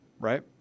right